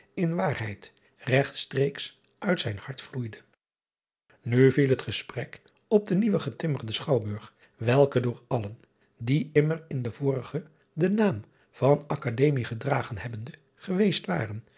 in waarheid regtstreeks uit zijn hart vloeide u viel het gesprek op den nieuw getimmerden chouwburg welke door allen die immer in den vorigen den naam van kademie gedragen hebbende geweest waren